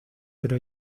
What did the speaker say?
pero